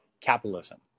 capitalism